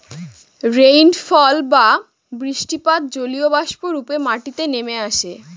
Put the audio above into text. rainfall বা বৃষ্টিপাত জলীয়বাষ্প রূপে মাটিতে নেমে আসে